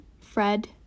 Fred